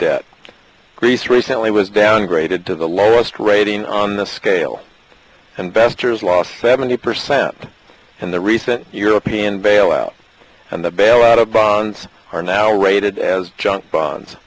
debt greece recently was downgraded to the lowest rating on the scale investors lost seventy percent in the recent european bailout and the bailout of bonds are now rated as junk bonds